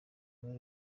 aba